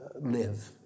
live